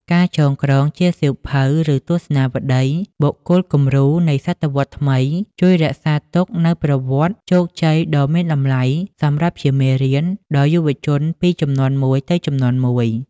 ការចងក្រងជាសៀវភៅ ឬទស្សនាវដ្ដី «បុគ្គលគំរូនៃសតវត្សរ៍ថ្មី» ជួយរក្សាទុកនូវប្រវត្តិជោគជ័យដ៏មានតម្លៃសម្រាប់ជាមេរៀនដល់យុវជនពីជំនាន់មួយទៅជំនាន់មួយ។